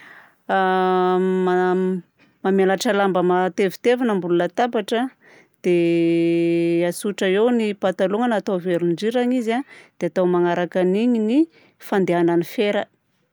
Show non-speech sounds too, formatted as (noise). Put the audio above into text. A (hesitation) Mam- mamelatra lamba matevitevina ambony latabatra a dia (hesitation) atsotra eo ny patalôgna na tao veron-drirana izy a dia atao magnaraka an'igny ny fandehanan'ny fera.